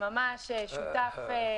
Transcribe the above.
ממש שותף חשוב.